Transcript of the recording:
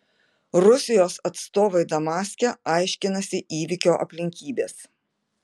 rusijos atstovai damaske aiškinasi įvykio aplinkybes